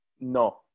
No